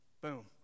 boom